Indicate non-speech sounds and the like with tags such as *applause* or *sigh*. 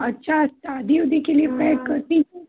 अच्छा अच्छा *unintelligible* के लिए पैक करती हैं